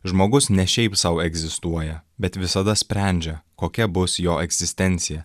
žmogus ne šiaip sau egzistuoja bet visada sprendžia kokia bus jo egzistencija